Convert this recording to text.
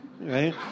Right